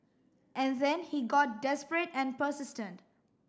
and then he got desperate and persistent